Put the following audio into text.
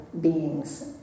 beings